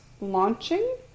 launching